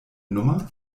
nummer